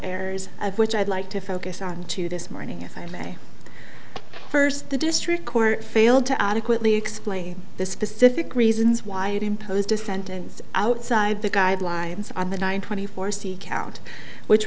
errors which i'd like to focus on to this morning if i may first the district court failed to adequately explain the specific reasons why it imposed a sentence outside the guidelines on the nine twenty four count which